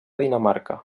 dinamarca